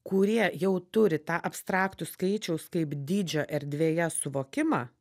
kurie jau turi tą abstraktų skaičiaus kaip dydžio erdvėje suvokimą